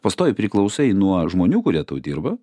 pastoviai priklausai nuo žmonių kurie tau dirba